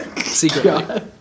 Secretly